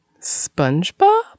Spongebob